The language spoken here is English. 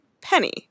Penny